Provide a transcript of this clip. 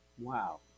wow